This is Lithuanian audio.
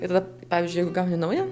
ir tada pavyzdžiui jeigu gauni naują